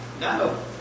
No